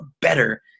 better